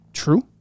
true